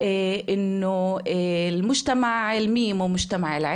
יש לנו פה מצלמות,